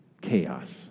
chaos